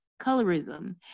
colorism